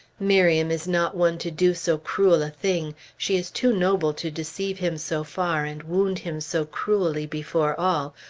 miriam is not one to do so cruel a thing she is too noble to deceive him so far and wound him so cruelly before all,